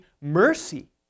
mercy